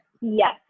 Yes